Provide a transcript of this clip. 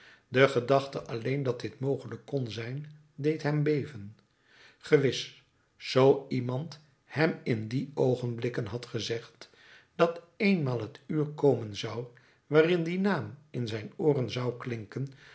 de gedachte alleen dat dit mogelijk kon zijn deed hem beven gewis zoo iemand hem in die oogenblikken had gezegd dat eenmaal het uur komen zou waarin die naam in zijn ooren zou klinken